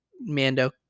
mando